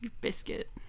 biscuit